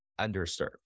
underserved